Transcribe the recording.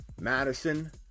madison